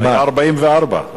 44. היה 44,